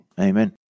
Amen